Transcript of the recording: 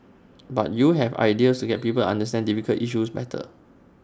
but you have ideas to get people understand difficult issues better